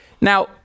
now